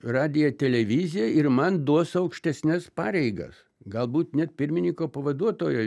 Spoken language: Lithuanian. radiją televiziją ir man duos aukštesnes pareigas galbūt net pirmininko pavaduotojo